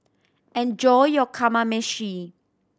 enjoy your Kamameshi